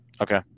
okay